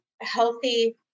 healthy